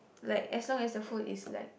like as long as the food is like